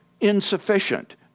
insufficient